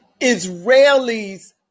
Israelis